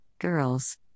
Girls